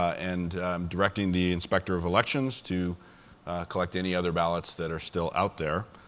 and directing the inspector of elections to collect any other ballots that are still out there.